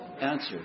Answer